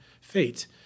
fate